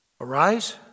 arise